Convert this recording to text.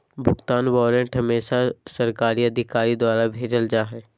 भुगतान वारन्ट हमेसा सरकारी अधिकारी द्वारा भेजल जा हय